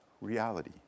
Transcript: reality